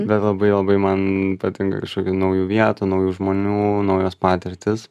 bet labai labai man patinka kažkokių naujų vietų naujų žmonių naujos patirtys